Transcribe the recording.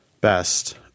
Best